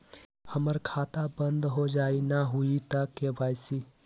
हमर खाता बंद होजाई न हुई त के.वाई.सी?